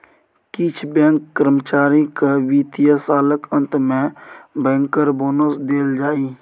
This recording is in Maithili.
किछ बैंक कर्मचारी केँ बित्तीय सालक अंत मे बैंकर बोनस देल जाइ